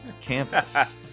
campus